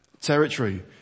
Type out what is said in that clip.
territory